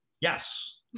Yes